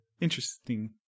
Interesting